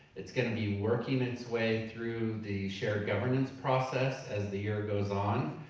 it's gonna be working it's way through the shared government's process as the year goes on.